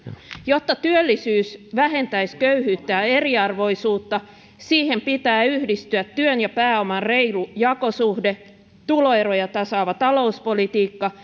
jotta työllisyys vähentäisi köyhyyttä ja ja eriarvoisuutta siihen pitää yhdistyä työn ja pääoman reilu jakosuhde tuloeroja tasaava talouspolitiikka